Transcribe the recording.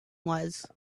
was